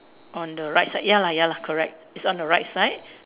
on the right side ya lah ya lah correct it's on the right side